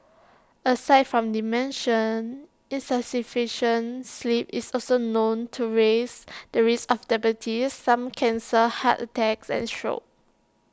aside from dementia insufficient sleep is also known to raise the risk of diabetes some cancers heart attacks and stroke